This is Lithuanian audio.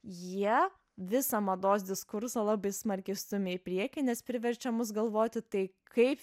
jie visą mados diskursą labai smarkiai stumia į priekį nes priverčia mus galvoti tai kaip